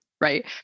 right